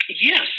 yes